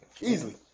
Easily